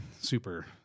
super